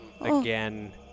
again